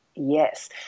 Yes